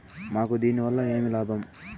మాకు దీనివల్ల ఏమి లాభం